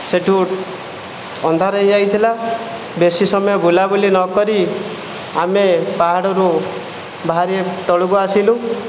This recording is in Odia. ସେଠୁ ଅନ୍ଧାର ହୋଇଯାଇଥିଲା ବେଶି ସମୟ ବୁଲାବୁଲି ନକରି ଆମେ ପାହାଡ଼ରୁ ବାହାରି ତଳକୁ ଆସିଲୁ